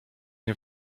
nie